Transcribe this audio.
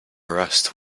rust